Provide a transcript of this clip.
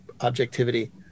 objectivity